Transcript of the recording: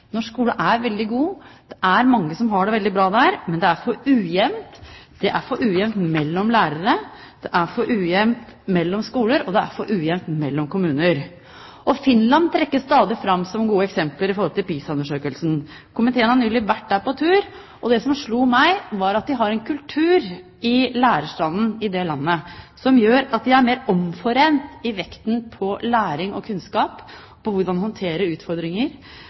Norsk skole er veldig god. Det er mange som har det veldig bra der, men det for ujevnt. Det er for ujevnt mellom lærere, det er for ujevnt mellom skoler, og det er for ujevnt mellom kommuner. Finland trekkes stadig fram som et godt eksempel med tanke på PISA-undersøkelsen. Komiteen har nylig vært der på tur, og det som slo meg, var at de har en kultur i lærerstanden i det landet som gjør at de er mer omforent i vekten på læring og kunnskap, på hvordan man håndterer utfordringer,